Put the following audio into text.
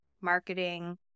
marketing